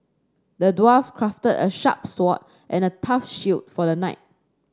the dwarf crafted a sharp sword and a tough shield for the knight